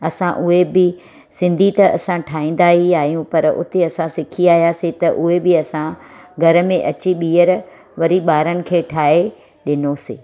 असां उहे बि सिंधी त असां ठाहींदा ई आहियूं पर उते असां सिखी आयासीं त उहे बि असां घर में अची ॿीहर वरी ॿारनि खे ठाहे ॾिनोसीं